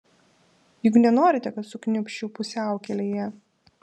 juk nenorite kad sukniubčiau pusiaukelėje